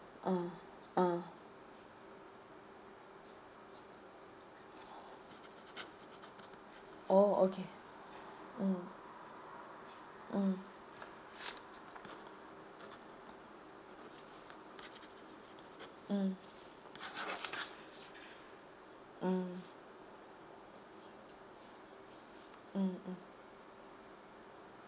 mm mm oh okay mm mm mm mm mm mm